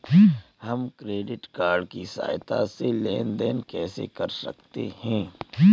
हम credit card की सहायता से लेन देन कैसे कर सकते हैं?